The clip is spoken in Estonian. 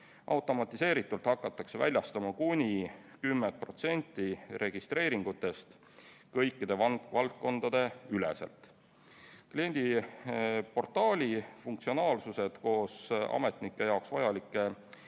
Automatiseeritult hakatakse väljastama kuni 10% registreeringutelt kõikide valdkondade üleselt. Kliendiportaali funktsionaalsused koos ametnike jaoks vajalike